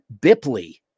Bipley